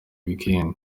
weekend